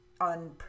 on